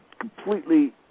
completely